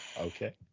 Okay